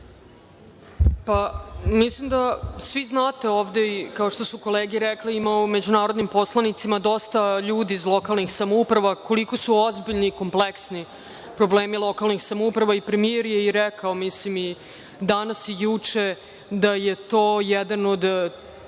vam. Mislim da svi znate ovde i kao što su kolege rekle, imamo među narodnim poslanicima dosta ljudi iz lokalnih samouprava, koliko su ozbiljni i kompleksni problemi lokalnih samouprava, i premijer je i rekao i danas i juče da je to jedan od